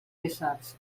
éssers